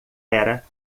era